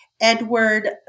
Edward